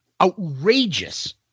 outrageous